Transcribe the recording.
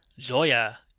Zoya